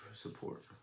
support